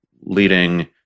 leading